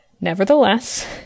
Nevertheless